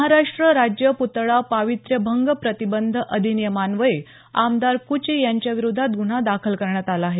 महाराष्ट्र राज्य प्तळा पावित्यभंग प्रतिबंध अधिनियमान्वये आमदार कुचे यांच्याविरोधात गुन्हा दाखल करण्यात आला आहे